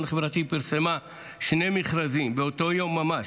החברתי פרסמה שני מכרזים באותו יום ממש: